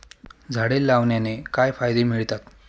झाडे लावण्याने काय फायदे मिळतात?